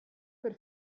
per